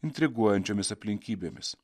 intriguojančiomis aplinkybėmis